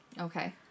Okay